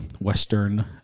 Western